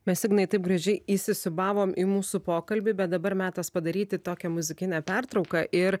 mes ignai taip gražiai įsisiūbavom į mūsų pokalbį bet dabar metas padaryti tokią muzikinę pertrauką ir